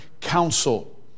counsel